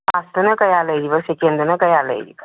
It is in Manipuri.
ꯐꯥꯁꯇꯅ ꯀꯌꯥ ꯂꯩꯔꯤꯕ ꯁꯦꯀꯦꯟꯗꯅ ꯀꯌꯥ ꯂꯩꯔꯤꯕ